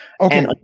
Okay